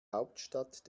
hauptstadt